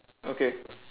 okay